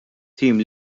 tim